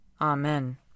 Amen